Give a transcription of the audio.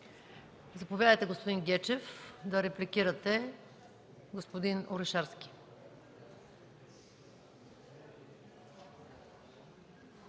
Заповядайте, господин Гечев, да репликирате господин Орешарски.